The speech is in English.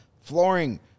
flooring